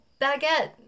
baguette